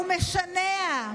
ומשנע,